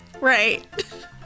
Right